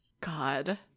god